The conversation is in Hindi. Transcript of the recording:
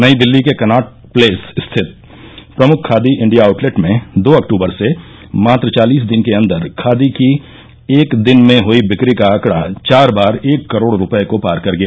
नई दिल्ली के कनॉट प्लेस स्थित प्रमुख खादी इंडिया आउटलेट में दो अक्टबर से मात्र चालीस दिन के अन्दर खादी की एक दिन में हई बिक्री का आंकडा चार बार एक करोड रूपये को पार कर गया